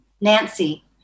Nancy